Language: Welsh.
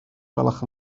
gwelwch